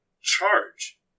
charge